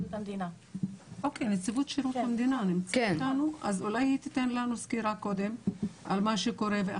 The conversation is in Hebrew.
המדינה תיתן לנו סקירה קודם על מה שקורה,